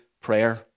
prayer